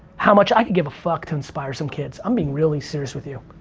how much, i could give a fuck to inspire some kids, i'm being really serious with you.